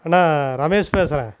அண்ணா ரமேஷ் பேசுகிறேன்